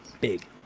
big